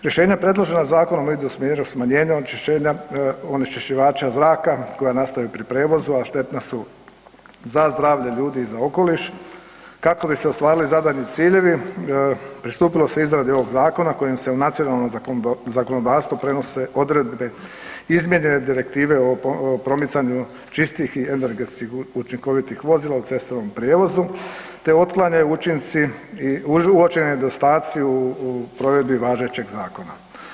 Rješenja predložena zakonom u vidu smanjenja onečišćenja onečišćivača zraka koja nastaju pri prevozu, a štetna su za zdravlje ljudi i za okoliš kako bi se ostvarili zadani ciljevi pristupilo se izradi ovog zakona kojim se u nacionalno zakonodavstvo prenose odredbe izmijenjene direktive o promicanju čistih i energetski učinkovitih vozila u cestovnom prijevozu, te otklanjaju učinci i uočeni nedostaci u provedbi važećeg zakona.